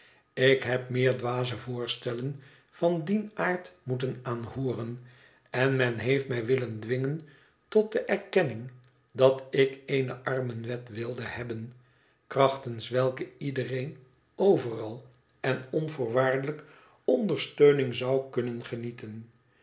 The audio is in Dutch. ik heb meer dwaze voorstellen van dien aard moeten aanhooren en men heeft mij willen dwingen tot de erkenning dat ik eene armenwet wilde hebben krachtens welke iedereen overal en onvoorwaardelijk ondersteuning zou kunnen genieten